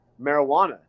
marijuana